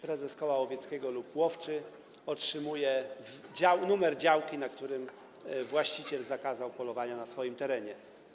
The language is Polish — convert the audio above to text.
Prezes koła łowieckiego lub łowczy otrzymuje numer działki, na której właściciel zakazał polowania na swoim terenie.